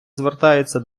звертаються